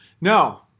No